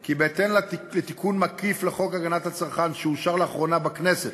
כי בהתאם לתיקון מקיף לחוק הגנת הצרכן שאושר לאחרונה בכנסת